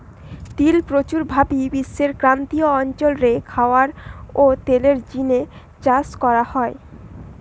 তিল প্রচুর ভাবি বিশ্বের ক্রান্তীয় অঞ্চল রে খাবার ও তেলের জিনে চাষ করা হয়